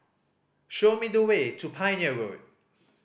show me the way to Pioneer Road